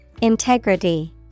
Integrity